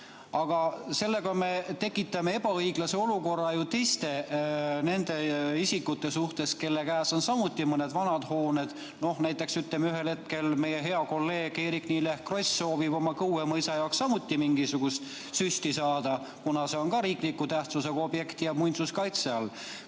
Aga sellega me tekitame ebaõiglust teiste isikute suhtes, kelle käes on samuti mõned vanad hooned. Näiteks ütleme, et ühel hetkel meie hea kolleeg Eerik-Niiles Kross soovib oma Kõue mõisa jaoks samuti mingisugust süsti saada, kuna see on riikliku tähtsusega objekt ja muinsuskaitse all.